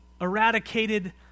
eradicated